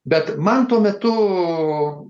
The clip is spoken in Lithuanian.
bet man tuo metu